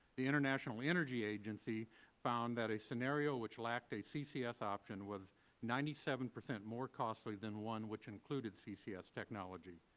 the international energy agency found that a scenario which lacked a ccs option was ninety seven percent more costly than one which included ccs technology.